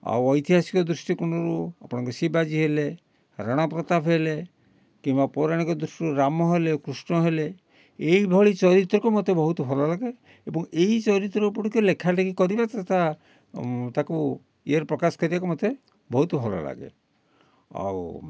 ଆଉ ଐତିହାସିକ ଦୃଷ୍ଟିକୋଣରୁ ଆପଣଙ୍କ ଶିବାଜୀ ହେଲେ ରାଣାପ୍ରତାପ ହେଲେ କିମ୍ବା ପୌରାଣିକ ଦୃଷ୍ଟିରୁ ରାମ ହେଲେ କୃଷ୍ଣ ହେଲେ ଏହିଭଳି ଚରିତ୍ରକୁ ମୋତେ ବହୁତ ଭଲ ଲାଗେ ଏବଂ ଏଇ ଚରିତ୍ର ପଢ଼ିକି ଲେଖାଲେଖି କରିବା ତଥା ତା'କୁ ଇଏରେ ପ୍ରକାଶ କରିବାକୁ ମୋତେ ବହୁତ ଭଲ ଲାଗେ ଆଉ